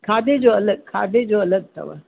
खाधे जो अलॻि खाधे जो अलॻि अथव